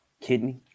kidney